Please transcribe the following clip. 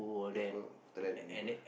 yeah after that can go